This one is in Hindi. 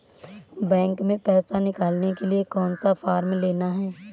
बैंक में पैसा निकालने के लिए कौन सा फॉर्म लेना है?